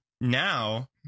Now